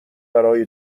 برای